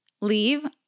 leave